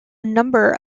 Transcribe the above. number